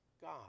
God